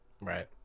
right